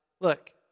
look